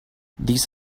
these